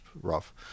rough